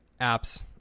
apps